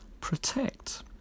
protect